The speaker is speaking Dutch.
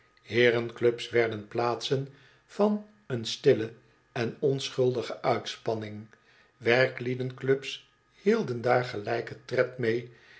aan heeren clubs werden plaatsen van een stiile en onschuldige uitspanning werklieden clubs hielden daar gelijken tred mee